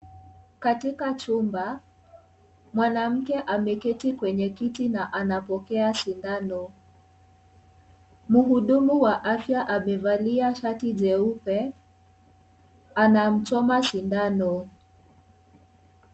Katika chumba, mwanamke ameketi kwenye kiti na anapokea sindano. Mhudumu wa afya amevalia shati jeupe. Anamchoma sindano.